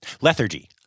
Lethargy